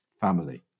family